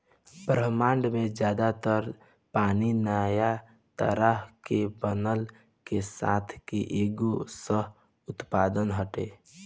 ब्रह्माण्ड में ज्यादा तर पानी नया तारा के बनला के साथ के एगो सह उत्पाद हटे